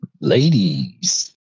ladies